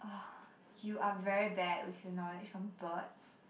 !ugh! you are very bad with your knowledge on birds